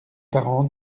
parents